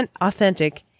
authentic